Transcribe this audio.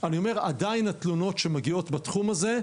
אבל עדיין התלונות שמגיעות בתחום הזה,